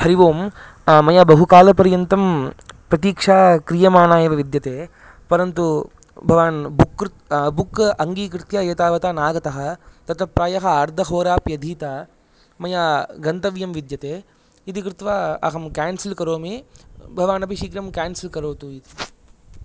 हरि ओम् मया बहुकालपर्यन्तं प्रतीक्षा क्रियमना एव विद्यते परन्तु भवान् बुक् कृत् बुक् अङ्गिकृत्य एतावता नागतः तत प्रायः अर्धहोराप्यधीतः मया गन्तव्यं विद्यते इति कृत्वा अहं केन्सल् करोमि भवान् अपि शीघ्रं केन्सल् करोतु इति